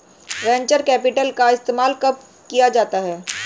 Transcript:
Venture capital का इस्तेमाल कब किया जाता है?